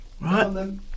Right